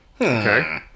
Okay